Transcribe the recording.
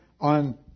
on